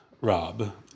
Rob